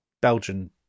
Belgian